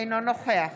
אינו נוכח